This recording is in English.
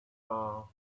are